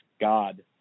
God